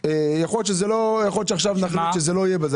יכול להיות שעכשיו נחליט שזה לא יהיה אבל